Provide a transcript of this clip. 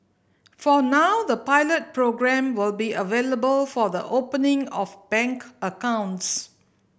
for now the pilot programme will be available for the opening of bank accounts